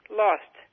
lost